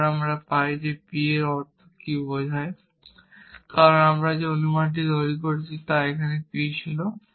তারপর আমরা পাই p এর অর্থ q বোঝায় r কারণ আমরা যে অনুমানটি তৈরি করেছি তা এখানে p ছিল